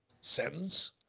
sentence